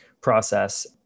process